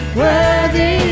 worthy